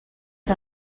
que